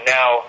now